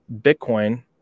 Bitcoin